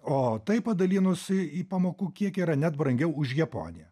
o taip padalinusi į į pamokų kiek yra net brangiau už japoniją